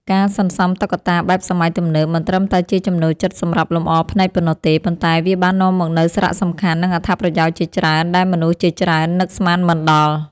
ការសន្សំតុក្កតាបែបសម័យទំនើបមិនត្រឹមតែជាចំណូលចិត្តសម្រាប់លម្អភ្នែកប៉ុណ្ណោះទេ ប៉ុន្តែវាបាននាំមកនូវសារៈសំខាន់ និងអត្ថប្រយោជន៍ជាច្រើនដែលមនុស្សជាច្រើននឹកស្មានមិនដល់។